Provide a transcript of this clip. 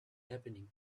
happening